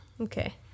Okay